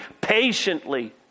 patiently